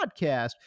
podcast